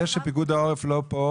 זה שפיקוד העורף לא פה